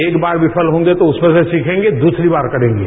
एक बार विफल होंगे तो उसमें से सीखेंगे दूसरी बार करेंगे